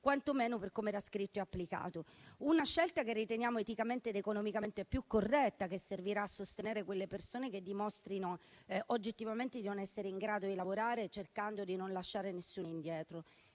quantomeno per come era scritto e applicato. È una scelta che riteniamo eticamente ed economicamente più corretta, che servirà a sostenere quelle persone che dimostrino oggettivamente di non essere in grado di lavorare, cercando di non lasciare nessuno indietro.